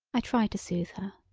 i try to soothe her.